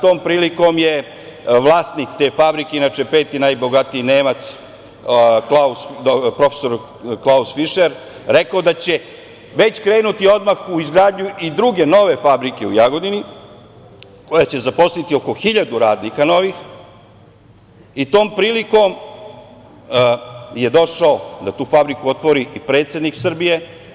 Tom prilikom je vlasnik te fabrike, inače peti najbogatiji Nemac, prof. Klaus Fišer, rekao da će već krenuti odmah u izgradnju i druge nove fabrike u Jagodini koja će zaposliti oko 1.000 radnika novih i tom prilikom je došao da tu fabriku otvori i predsednik Srbije.